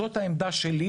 זו העמדה שלי,